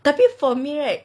tapi for me right